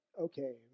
Okay